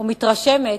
ומתרשמת,